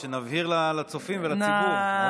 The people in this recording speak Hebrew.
שנבהיר לצופים ולציבור.